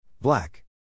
Black